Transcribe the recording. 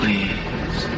Please